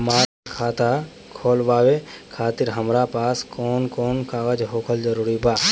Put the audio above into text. हमार खाता खोलवावे खातिर हमरा पास कऊन कऊन कागज होखल जरूरी बा?